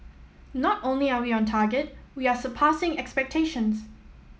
not only are we on target we are surpassing expectations